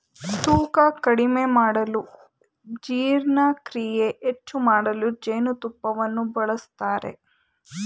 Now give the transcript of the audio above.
ತೂಕ ಕಡಿಮೆ ಮಾಡಲು ಜೀರ್ಣಕ್ರಿಯೆ ಹೆಚ್ಚು ಮಾಡಲು ಜೇನುತುಪ್ಪವನ್ನು ಬಳಸ್ತರೆ